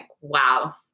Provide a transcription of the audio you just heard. wow